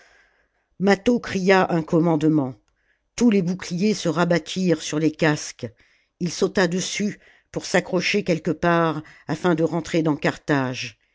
mâtho cria un commandement tous les boucliers se rabattirent sur les casques il sauta dessus pour s'accrocher quelque part afin de rentrer dans carthage